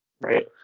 right